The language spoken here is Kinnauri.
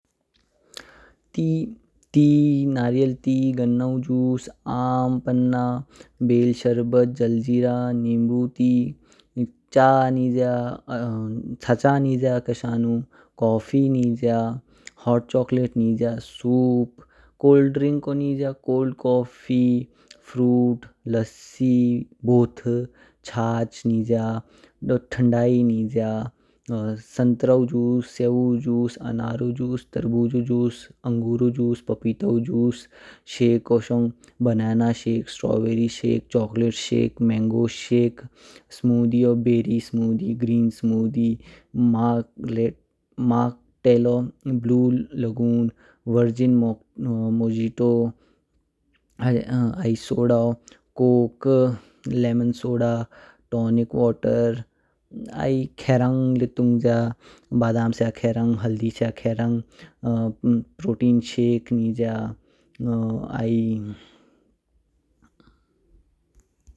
ती ती नारियाल टी, गन्ना ऊ जूस, आम पन्ना, बेल शरबत, जलजीरा, निम्बू, चा नहींज्या। चक चा निज्या किशनु, कॉफी निज्या, हॉट चॉकलेट निज्या, सूप, कोल्ड ड्रिंक ओ निज्या कोल्ड कॉफी। फ्रूट, लस्सी, बोट, छाछ निज्या, डोछ ठंडाई निज्या, संतरा जूस, सेवु जूस, अनारु जूस, तरबुजौ जूस। पपीतौ जूस, शेखो शोंग banana shake, strawberry shake, chocolate shake, mango shake. स्मूथीओ बेरी स्मूदी। ग्रीन स्मूदी, मर मार्क टेलन, ब्लू लेगून, वर्जिन मोजिटो, हा आई सोडाओ, coke, lemon soda, tonic water. आई खेरंग ल्यै तुंगज्या, बादाम स्या खेरनव, हल्दी स्या खेरंग, प्रोटीन शेक निज्या।